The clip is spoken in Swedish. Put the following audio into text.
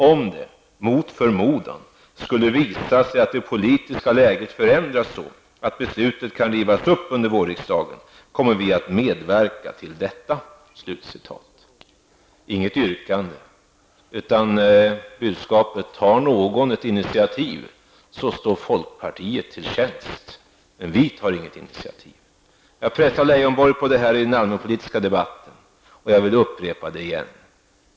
Om det mot förmodan skulle visa sig att det politiska läget förändras så att beslutet kan rivas upp under vårriksdagen, kommer vi att medverka till detta.'' Man har inget yrkande. Budskapet är: Tar någon ett initiativ står folkpartiet till tjänst. Men folkpartiet tar inget initiativ. Jag pressade Lars Leijonborg på detta i den allmänpolitiska debatten, och jag vill upprepa det igen.